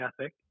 ethic